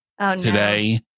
today